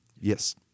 Yes